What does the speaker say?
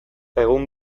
egun